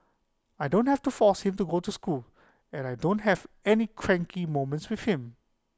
I don't have to force him to go to school and I don't have any cranky moments with him